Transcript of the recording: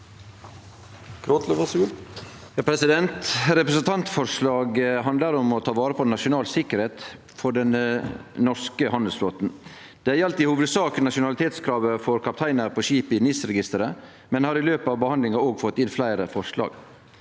Re- presentantforslaget handlar om å ta vare på nasjonal sikkerheit på den norske handelsflåten. Det gjaldt i hovudsak nasjonalitetskravet for kapteinar på skip i NIS-registeret, men saka har i løpet av behandlinga òg fått inn fleire forslag.